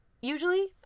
usually